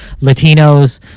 Latinos